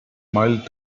mild